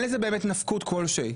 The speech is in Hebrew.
אין לזה באמת נפקות כלשהי,